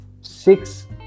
six